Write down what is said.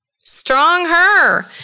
Stronger